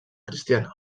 cristiana